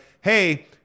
hey